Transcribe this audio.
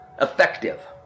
effective